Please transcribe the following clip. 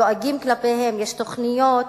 דואגים כלפיהן, יש תוכניות,